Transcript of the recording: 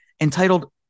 entitled